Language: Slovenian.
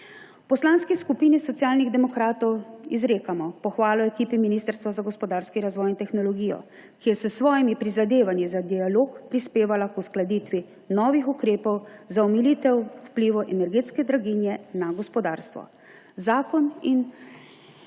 Poslanski skupini Socialnih demokratov izrekamo pohvalo ekipi Ministrstva za gospodarski razvoj in tehnologijo, ki je s svojimi prizadevanji za dialog prispevala k uskladitvi novih ukrepov za omilitev vplivov energetske draginje na gospodarstvo. Zakon bomo